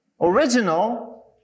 original